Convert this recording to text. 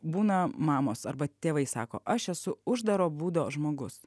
būna mamos arba tėvai sako aš esu uždaro būdo žmogus